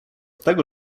tego